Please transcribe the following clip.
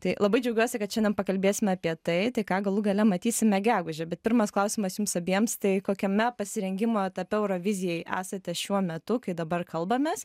tai labai džiaugiuosi kad šiandien pakalbėsime apie tai tai ką galų gale matysime gegužę bet pirmas klausimas jums abiems tai kokiame pasirengimo etape eurovizijai esate šiuo metu kai dabar kalbamės